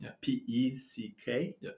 P-E-C-K